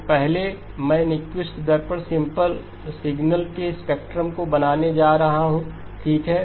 देखें स्लाइड समय 1353 तो पहले मैं न्यूक्विस्ट दर पर सिग्नल के स्पेक्ट्रम को बनाने जा रहा हूँ ठीक है